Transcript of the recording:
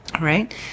Right